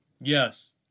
Yes